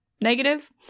negative